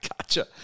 gotcha